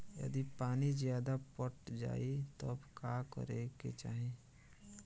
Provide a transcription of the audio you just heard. यदि पानी ज्यादा पट जायी तब का करे के चाही?